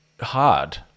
hard